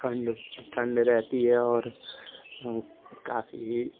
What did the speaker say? ठण्ड ठण्ड रहती है और काफ़ी